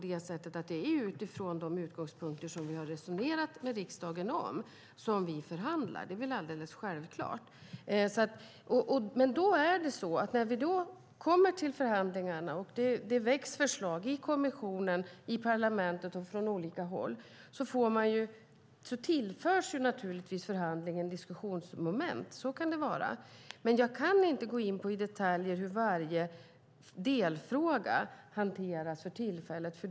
Det är utifrån de utgångspunkter som vi har resonerat med riksdagen om som vi förhandlar. Det är alldeles självklart. När vi kommer till förhandlingarna och det väcks förslag i kommissionen, i parlamentet och från olika håll tillförs förhandlingen diskussionsmoment. Så kan det vara. Jag kan inte gå in på detaljer om hur varje delfråga hanteras för tillfället.